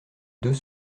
deux